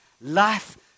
Life